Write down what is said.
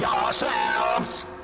yourselves